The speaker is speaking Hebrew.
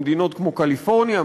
במדינות כמו קליפורניה,